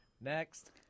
next